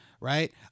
right